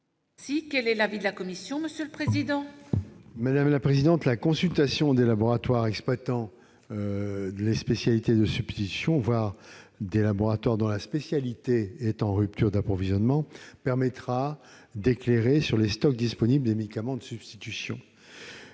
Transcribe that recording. anticiper. Quel est l'avis de la commission ? La consultation des laboratoires exploitant les spécialités de substitution, voire des laboratoires dont la spécialité est en rupture d'approvisionnement, permettra d'éclairer sur les stocks disponibles de médicaments de substitution,